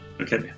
Okay